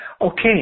Okay